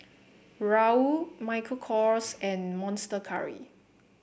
Raoul Michael Kors and Monster Curry